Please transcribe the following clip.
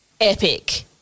epic